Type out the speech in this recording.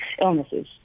illnesses